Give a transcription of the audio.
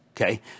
Okay